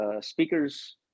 speakers